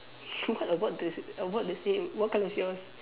what about the what the same what colour is yours